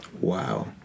wow